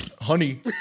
honey